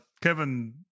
Kevin